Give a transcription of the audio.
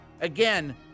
Again